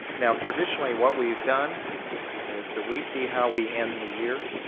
now, traditionally, what we have done is that we see how we end the year